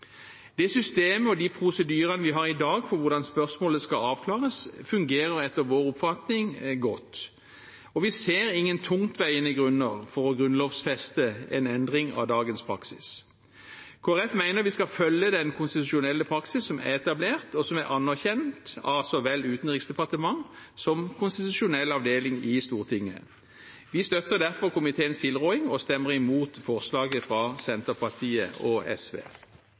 Det systemet og de prosedyrene vi har i dag for hvordan spørsmålet skal avklares, fungerer etter vår oppfatning godt. Vi ser ingen tungtveiende grunner for å grunnlovfeste en endring av dagens praksis. Kristelig Folkeparti mener vi skal følge den konstitusjonelle praksis som er etablert, og som er anerkjent av så vel Utenriksdepartementet som konstitusjonell avdeling på Stortinget. Vi støtter derfor komiteens tilråding og stemmer imot forslaget fra Senterpartiet og SV.